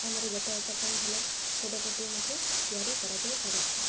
ଆମର ଯାତାୟାତ ପାଇଁ ଭଲ ସଡ଼କଟିଏ ମଧ୍ୟ ତିଆରି କରାଯାଇପାରୁଛି